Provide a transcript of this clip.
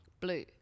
Blue